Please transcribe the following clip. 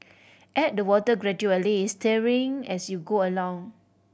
add the water gradually stirring as you go along